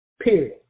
Period